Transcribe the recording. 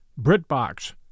BritBox